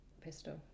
Pistol